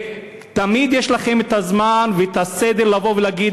תמיד יש לכם את הזמן ואת הסדר לבוא ולהגיד